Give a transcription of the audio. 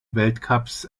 weltcups